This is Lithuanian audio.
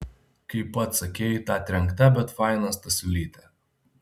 kaip pats sakei ta trenkta bet faina stasiulytė